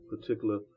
particular